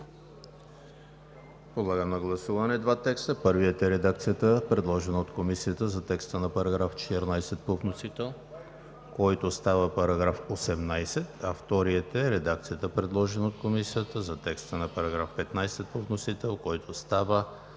първият е редакцията, предложена от Комисията за текста на § 12 по вносител, който става § 16; вторият е редакцията, предложена от Комисията за текста на § 13 по вносител, който става